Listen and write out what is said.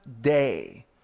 day